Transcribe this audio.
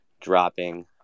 dropping